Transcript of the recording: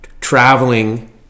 traveling